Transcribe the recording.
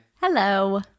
hello